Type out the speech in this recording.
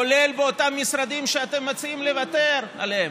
כולל באותם משרדים שאתם מציעים לוותר עליהם.